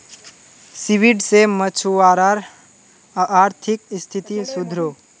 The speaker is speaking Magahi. सीवीड से मछुवारार अआर्थिक स्तिथि सुधरोह